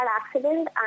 accident